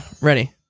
ready